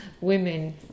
women